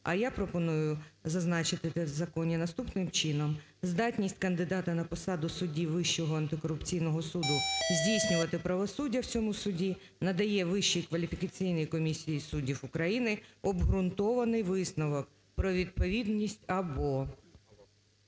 А я пропоную зазначити в законі наступним чином: "Здатність кандидата на посаду судді Вищого антикорупційного суду здійснювати правосуддя в цьому суді надає Вищій кваліфікаційній комісії суддів України обґрунтований висновок про відповідність